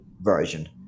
version